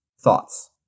thoughts